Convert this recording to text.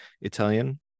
Italian